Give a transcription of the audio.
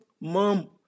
mom